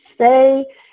say